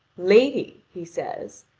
lady, he says,